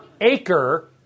acre